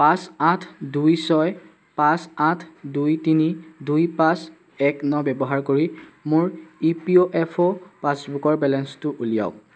পাঁচ আঠ দুই ছয় পাঁচ আঠ দুই তিনি দুই পাঁচ এক ন ব্যৱহাৰ কৰি মোৰ E P O F O পাছবুকৰ বেলেঞ্চটো উলিয়াওক